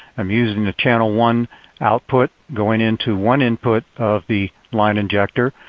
i'm using the channel one output going into one input of the line injector.